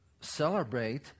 celebrate